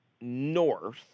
north